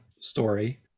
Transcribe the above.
story